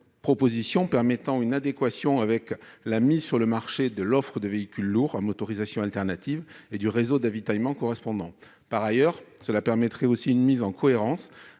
2030. Cela permettrait une adéquation avec la mise sur le marché de l'offre de véhicules lourds à motorisation alternative et du réseau d'avitaillement correspondant. Cela permettrait aussi une mise en cohérence